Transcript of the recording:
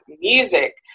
music